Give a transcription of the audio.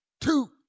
two